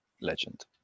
legend